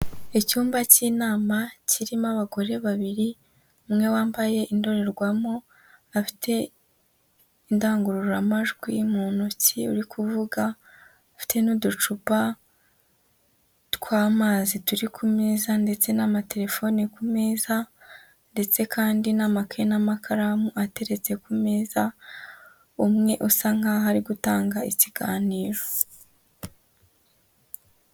Icyumba cy'inama kirimo abagore babiri, umwe wambaye indorerwamo afite indangururamajwi mu ntoki uri kuvuga, afite n'uducupa tw'amazi turi ku meza, ndetse n'amatelefone ku meza, ndetse kandi n'amakaye n'amakaramu ateretse ku meza, umwe usa nk'aho ari gutanga ikiganiro.